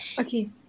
Okay